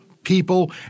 people